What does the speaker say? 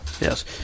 Yes